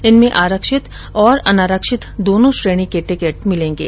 इनमें आरक्षित और अनारक्षित दोनों श्रेणी के टिकिट मिलेगें